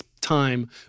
time